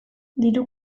diru